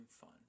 fun